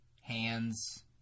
hands